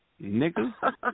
nigga